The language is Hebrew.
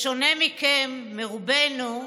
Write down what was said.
בשונה מכם, מרובנו,